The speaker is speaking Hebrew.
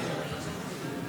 ארבע דקות.